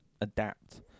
adapt